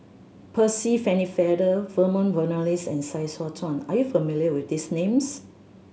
Percy Pennefather Vernon Cornelius and Sai Hua Kuan are you familiar with these names